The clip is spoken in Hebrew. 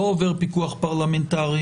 לא עובר פיקוח פרלמנטרי.